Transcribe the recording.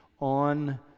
on